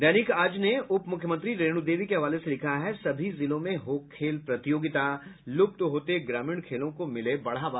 दैनिक आज ने उप मुख्यमंत्री रेणु देवी के हवाले से लिखा है सभी जिलों में हो खेल प्रतियोगिता लुप्त होते ग्रामीण खेलों को मिले बढ़ावा